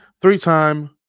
Three-time